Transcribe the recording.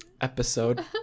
episode